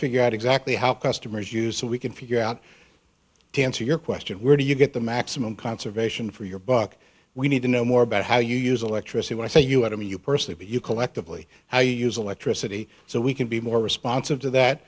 figure out exactly how customers use so we can figure out to answer your question where do you get the maximum conservation for your buck we need to know more about how you use electricity when i say you i mean you personally you collectively how you use electricity so we can be more responsive to that